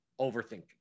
overthinking